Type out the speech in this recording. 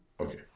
Okay